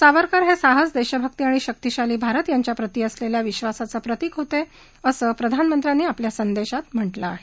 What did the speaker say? सावरकर हे साहस देशभक्ती आणि शक्तीशाली भारत यांच्याप्रति असलेल्या विश्वासाचं प्रतिक होते असं प्रधानमंत्र्यांनी आपल्या संदेशात म्हटलं आहे